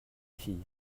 fille